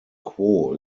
quo